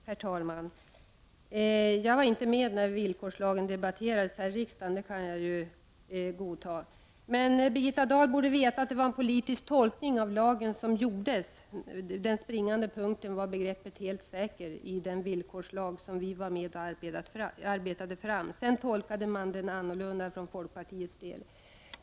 Herr talman! Jag var inte med när villkorslagen diskuterades i riksdagen. Birgitta Dahl borde veta att det var en politisk tolkning av lagen som gjordes. Den springande punkten var begreppet ”helt säker” i den villkorslag som centerpartiet var med och arbetade fram. Folkpartiet hade emellertid en annan tolkning.